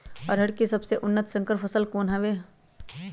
अरहर के सबसे उन्नत संकर फसल कौन हव?